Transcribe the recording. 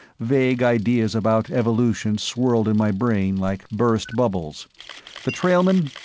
vague ideas about evolution swirled in my brain like burst bubbles the trailmen?